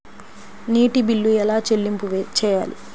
నీటి బిల్లు ఎలా చెల్లింపు చేయాలి?